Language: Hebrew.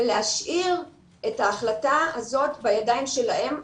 ולהשאיר את ההחלטה הזאת בידיים שלהם.